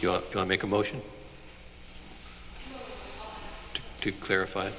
you're going make a motion to clarify